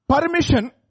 Permission